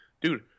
dude